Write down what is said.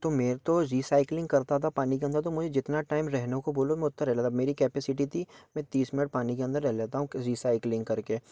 तो मैं तो रीसाइकलिंग करता था पानी के अंदर तो मुझे जितना टाइम रहने को बोलो मैं उतना रह लेता मेरी कैपेसिटी थी मैं तीस मिनट पानी के अंदर रह लेता हूं रीसाइक्लिंग करके